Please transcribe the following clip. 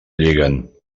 lliguen